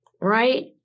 Right